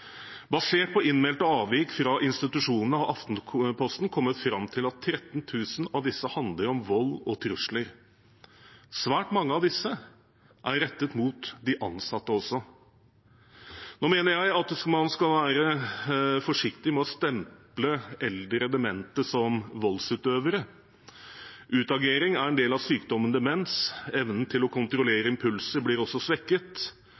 Basert på innmeldte avvik fra institusjonene har Aftenposten kommet fram til at 13 000 av disse handler om vold og trusler. Svært mange av disse er rettet mot de ansatte også. Nå mener jeg man skal være forsiktig med å stemple eldre demente som voldsutøvere. Utagering er en del av sykdommen demens, evnen til å kontrollere impulser blir også svekket,